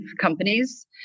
companies